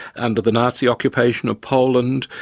under the nazi occupation of poland.